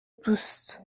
tous